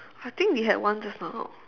I think we had one just now